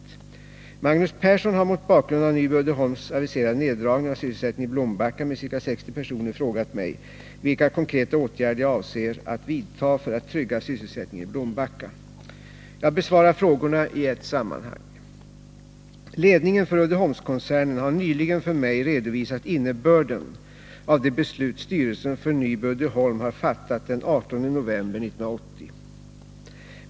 Magnus Persson har mot bakgrund av Nyby Uddeholms aviserade neddragning av sysselsättningen i Blombacka med ca 60 personer frågat mig, vilka konkreta åtgärder jag avser att vidta för att trygga sysselsättningen i Blombacka. Jag besvarar frågorna i ett sammanhang. Ledningen för Uddeholmskoncernen har nyligen för mig redovisat innebörden av det beslut styrelsen för Nyby Uddeholm har fattat den 18 november 1980.